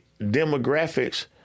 demographics